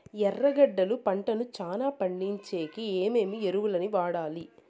ఎర్రగడ్డలు పంటను చానా పండించేకి ఏమేమి ఎరువులని వాడాలి?